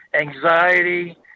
anxiety